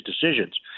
decisions